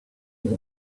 with